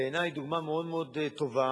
שבעיני היא דוגמה מאוד מאוד טובה,